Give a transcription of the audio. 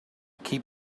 keep